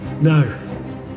No